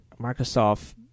Microsoft